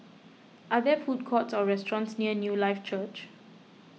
are there food courts or restaurants near Newlife Church